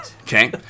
Okay